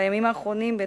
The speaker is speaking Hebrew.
בימים האחרונים בית-המשפט,